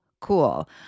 cool